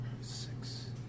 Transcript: six